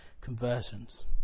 conversions